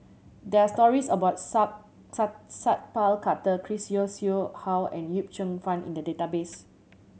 there are stories about Sat Pal Khattar Chris Yeo Siew Hua and Yip Cheong Fun in the database